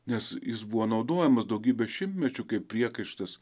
nes jis buvo naudojamas daugybę šimtmečių kaip priekaištas